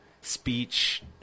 speech